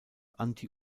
anti